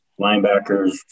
linebackers